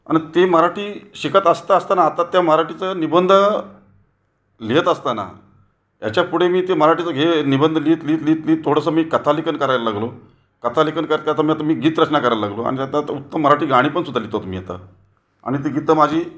आणि ती मराठी शिकत असता असताना आता त्या मराठीच निबंध लिहित असताना ह्याच्यापुढे मी ते मराठीचं निबंध लिहीत लिहीत लिहीत लिहीत थोडंसं मी कथालेखन करायला लागलो कथालेखन करत करत तर आता मी गीतरचना करायला लागलो आणि आता आता उत्तम मराठी गाणी पण सुद्धा लिहितो मी आता आणि ती गीतं माझी